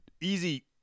easy